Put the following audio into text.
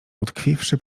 utkwiwszy